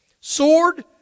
sword